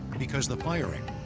because the firing,